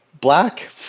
Black